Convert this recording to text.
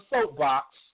soapbox